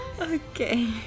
Okay